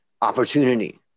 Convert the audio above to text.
opportunity